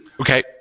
Okay